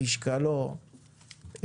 משקלו,